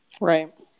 right